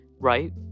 right